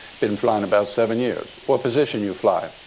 been flying about seven years. what position you fly?